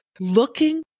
looking